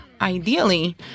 Ideally